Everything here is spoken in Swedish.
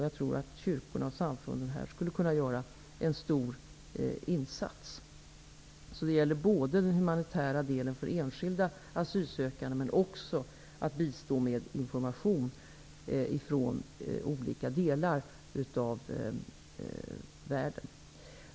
Jag tror att kyrkorna och samfunden skulle kunna göra en stor insats för de asylsökande när det gäller den humanitära delen, men de kan också göra en stor insats när det gäller att bistå med information ifrån olika delar av världen.